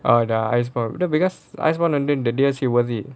oh the ice berg that because ice berg [one] the D_S_C worth it